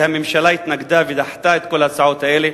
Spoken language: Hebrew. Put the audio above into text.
והממשלה התנגדה ודחתה את כל ההצעות האלה,